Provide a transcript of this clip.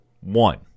one